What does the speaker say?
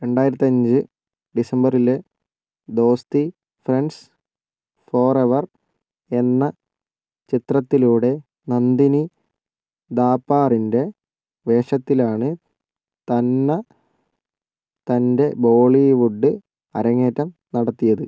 രണ്ടായിരത്തഞ്ച് ഡിസംബറിലേ Dosti friends forever എന്ന ചിത്രത്തിലൂടെ നന്ദിനി ഥാപ്പാറിൻ്റെ വേഷത്തിലാണ് തന്ന തൻ്റെ ബോളിവുഡ് അരങ്ങേറ്റം നടത്തിയത്